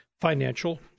financial